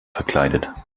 verkleidet